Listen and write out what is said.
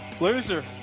Loser